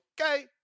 okay